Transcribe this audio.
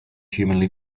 humanly